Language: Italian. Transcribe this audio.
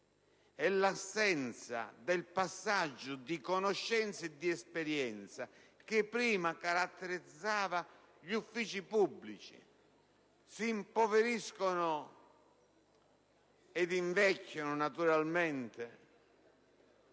all'assenza del passaggio di conoscenze e di esperienze che prima caratterizzava gli uffici pubblici. Si impoveriscono, ed invecchiano naturalmente,